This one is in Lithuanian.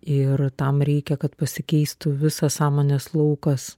ir tam reikia kad pasikeistų visas sąmonės laukas